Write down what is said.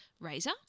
Razor